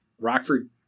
Rockford